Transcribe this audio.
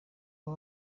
uba